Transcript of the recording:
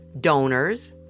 donors